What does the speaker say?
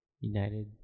United